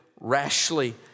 rashly